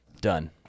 Done